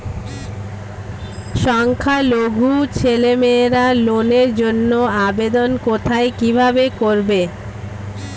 সংখ্যালঘু ছেলেমেয়েরা লোনের জন্য আবেদন কোথায় কিভাবে করবে?